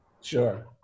Sure